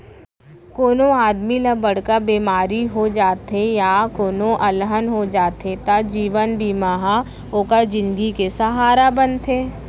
कोनों आदमी ल बड़का बेमारी हो जाथे या कोनों अलहन हो जाथे त जीवन बीमा ह ओकर जिनगी के सहारा बनथे